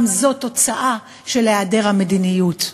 גם זו תוצאה של היעדר מדיניות.